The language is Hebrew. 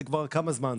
זה כבר כמה זמן,